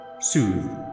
soothe